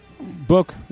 Book